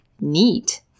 Neat